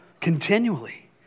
continually